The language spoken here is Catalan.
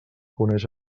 coneix